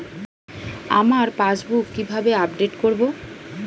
আমার পাসবুক কিভাবে আপডেট করবো?